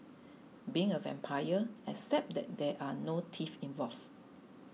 being a vampire except that there are no teeth involved